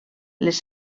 les